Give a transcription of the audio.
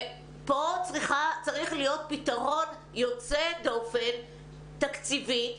ופה צריך להיות פתרון יוצא דופן, תקציבית,